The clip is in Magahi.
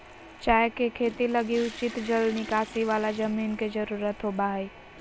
चाय के खेती लगी उचित जल निकासी वाला जमीन के जरूरत होबा हइ